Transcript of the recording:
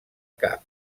cap